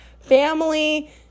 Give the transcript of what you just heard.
family